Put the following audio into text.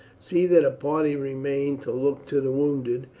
see that a party remain to look to the wounded,